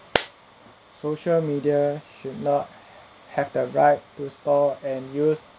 social media should not have the right to store and use